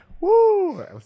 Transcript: Woo